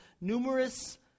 numerous